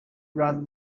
run